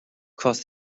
cross